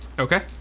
Okay